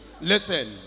Listen